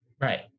right